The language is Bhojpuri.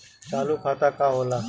चालू खाता का होला?